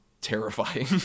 terrifying